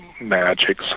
magic